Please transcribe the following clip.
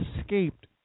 escaped